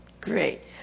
Great